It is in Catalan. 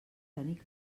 tenir